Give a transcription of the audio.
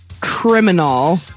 criminal